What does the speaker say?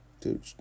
dude